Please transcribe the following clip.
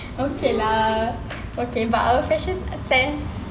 okay lah okay but our fashion sense